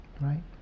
right